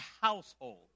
household